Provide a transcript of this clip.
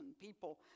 people